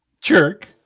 jerk